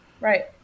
Right